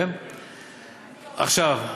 עכשיו,